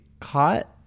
caught